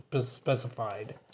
specified